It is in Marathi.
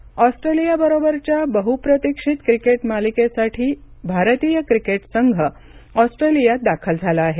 क्रिकेट ऑस्ट्रेलियाबरोबरच्या बहुप्रतीक्षित क्रिकेट मालिकेसाठी भारतीय क्रिकेट संघ ऑस्ट्रेलियात दाखल झाला आहे